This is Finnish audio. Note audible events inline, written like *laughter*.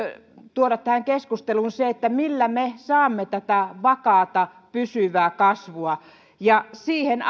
tuoda tähän keskusteluun se millä me saamme tätä vakaata pysyvää kasvua siihen *unintelligible*